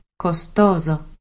costoso